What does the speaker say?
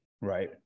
right